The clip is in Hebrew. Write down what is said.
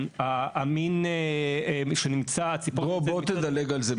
המין שנמצא --- דרור בוא תדלג על זה,